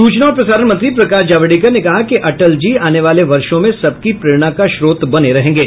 सूचना और प्रसारण मंत्री प्रकाश जावड़ेकर ने कहा कि अटल जी आने वाले वर्षों में सबकी प्रेरणा का स्रोत बने रहेंगे